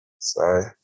Sorry